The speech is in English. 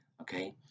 okay